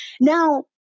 Now